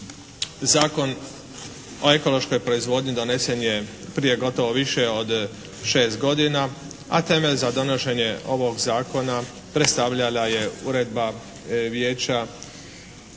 Zakon o ekološkoj proizvodnji donesen je prije gotovo više od šest godina a temelj za donošenje ovog zakona predstavljala je Uredba Vijeća